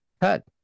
cut